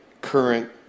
current